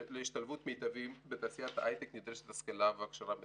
להשתלבות מיטבית בתעשיית ההיי-טק נדרשות השכלה והכשרה מתאימות,